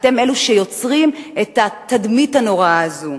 אתם אלה שיוצרים את התדמית הנוראה הזאת.